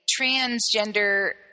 transgender